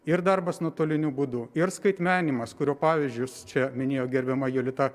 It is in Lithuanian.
ir darbas nuotoliniu būdu ir skaitmeninimas kurio pavyzdžius čia minėjo gerbiama jolita